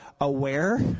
aware